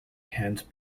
hands